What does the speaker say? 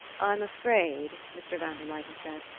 i'm afraid, mr. van der luyden said,